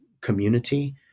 community